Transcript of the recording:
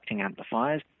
amplifiers